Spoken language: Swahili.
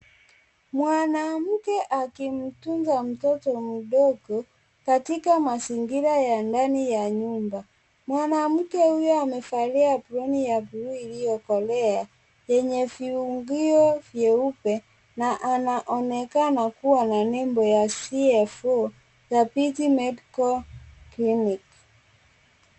Mwanamke akimtunza mtoto mdogo katika mazingira ya ndani ya nyumba. Mwanamke huyo amevalia aproni ya bluu iliyokolea, yenye vifungio vyeupe na anaonekana kuwa na nembo ya CFO Dhabiti Medical Clinic.